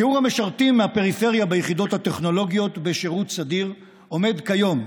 שיעור המשרתים מהפריפריה ביחידות הטכנולוגיות בשירות סדיר עומד כיום,